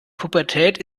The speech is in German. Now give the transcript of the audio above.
pubertät